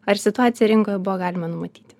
ar situacija rinkoje buvo galima numatyti